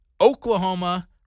Oklahoma